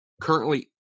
Currently